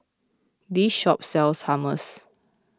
this shop sells Hummus